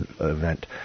event